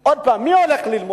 עוד פעם, מי בעיקר